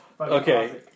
Okay